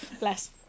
less